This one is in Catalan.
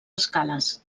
escales